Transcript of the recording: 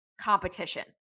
competition